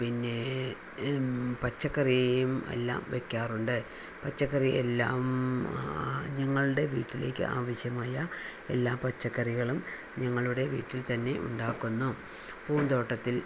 പിന്നെ പച്ചക്കറിയും എല്ലാം വെയ്ക്കാറുണ്ട് പച്ചക്കറി എല്ലാം ഞങ്ങളുടെ വീട്ടിലേക്ക് ആവശ്യമായ എല്ലാ പച്ചക്കറികളും ഞങ്ങളുടെ വീട്ടിൽ തന്നെ ഉണ്ടാക്കുന്നു പൂന്തോട്ടത്തിൽ